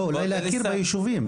אולי הפתרון הוא להכיר בישובים.